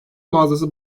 mağazası